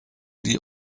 die